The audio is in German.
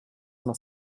noch